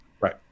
right